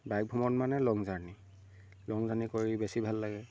bike ভ্ৰমণ মানে long journey long journey কৰি বেছি ভাল লাগে